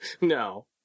no